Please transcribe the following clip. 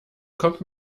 kommt